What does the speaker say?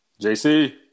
JC